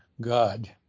God